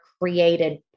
created